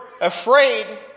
afraid